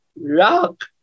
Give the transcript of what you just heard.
rock